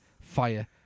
fire